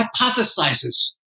hypothesizes